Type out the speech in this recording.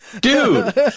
Dude